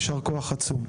ישר כוח עצום.